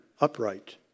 upright